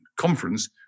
conference